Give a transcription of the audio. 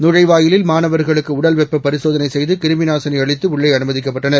நுழைவுவாயிலில்மாணவர்களுக்குஉடல்வெப்பபரிசோத னைசெய்து கிருமிநாசினிஅளித்துஉள்ளேஅனுமதிக்கப்பட்டனர்